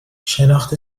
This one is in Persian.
شناخت